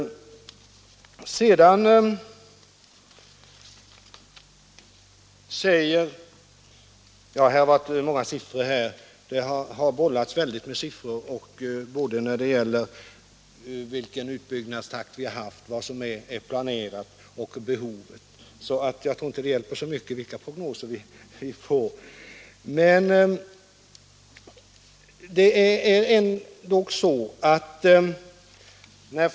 Det har bollats så mycket med siffror om utbyggnadstakt, utbyggnadsplaner och utbyggnadsbehov att jag inte tror att det hjälper så mycket vilka prognoser vi än får.